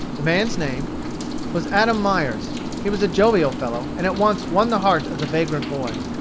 the man's name was adam myers. he was a jovial fellow, and at once won the heart of the vagrant boy.